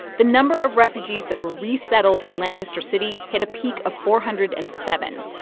the number of refugees that were resettled in lancaster city hit a peak of four hundred and seven.